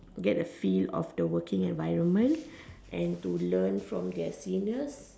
get a feel of the working environment and to learn from their seniors